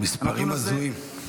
מספרים הזויים.